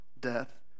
death